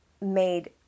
made